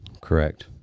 Correct